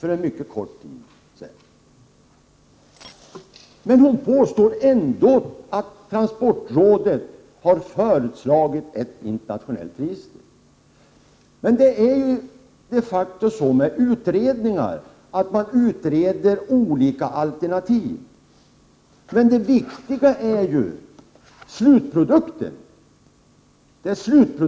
Ändå påstår hon att transportrådet har föreslagit ett internationellt fartygsregister. De facto är det så med utredningar att de utreder olika alternativ, men det viktiga är ju slutprodukten!